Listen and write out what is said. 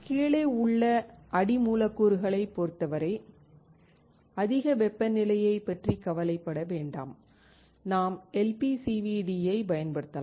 கீழே உள்ள அடி மூலக்கூறுகளைப் பொறுத்தவரை அதிக வெப்பநிலையைப் பற்றி கவலைப்பட வேண்டாம் நாம் LPCVD யைப் பயன்படுத்தலாம்